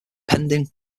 pending